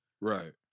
Right